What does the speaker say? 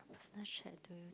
personal trait to